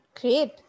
great